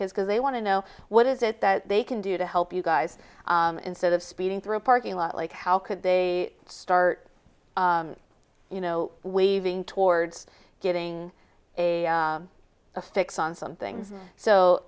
kids because they want to know what is it that they can do to help you guys instead of speeding through a parking lot like how could they start you know waving towards getting a a fix on some things so